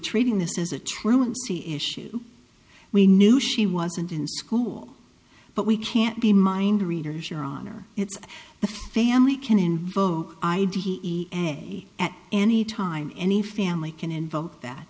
treating this as a truancy issue we knew she wasn't in school but we can't be mind readers your honor it's the family can invoke i d e a at any time any family can invoke that